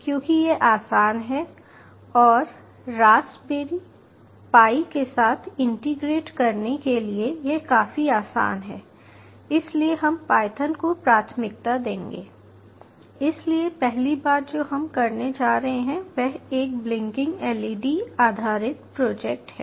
क्योंकि यह आसान है और रास्पबेरी पाई के साथ इंटीग्रेट करने के लिए यह काफी आसान है इसलिए हम पायथन को प्राथमिकता देंगे इसलिए पहली बात जो हम करने जा रहे हैं वह एक ब्लिंकिंग LED आधारित प्रोजेक्ट है